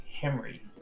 Henry